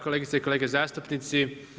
Kolegice i kolege zastupnici.